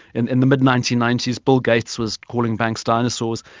and in the mid nineteen ninety s, bill gates was calling banks dinosaurs.